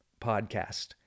podcast